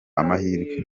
amahirwe